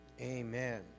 amen